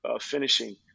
finishing